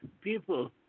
people